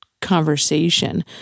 conversation